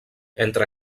entre